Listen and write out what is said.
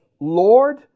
Lord